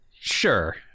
sure